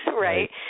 Right